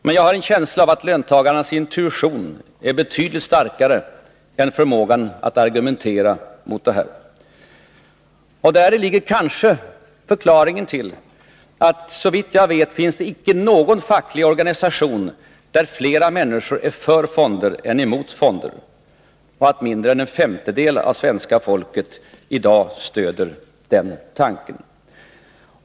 Men jag har en känsla av att löntagarnas intuition är betydligt starkare än förmågan att argumentera mot detta. Däri ligger kanske förklaringen till att det, såvitt jag vet, icke finns någon facklig organisation där fler människor är för fonder än emot fonder och att mindre än en femtedel av svenska folket i dag stöder den tanken.